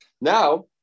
Now